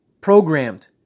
programmed